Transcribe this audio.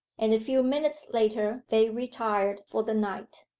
and a few minutes later they retired for the night.